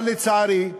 אבל, לצערי,